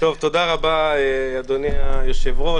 תודה רבה, אדוני היושב-ראש.